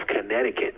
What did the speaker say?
Connecticut